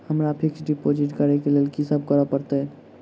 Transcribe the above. हमरा fix deposit करऽ केँ लेल की सब करऽ पड़त?